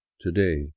today